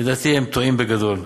לדעתי הם טועים בגדול,